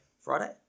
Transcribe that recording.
Friday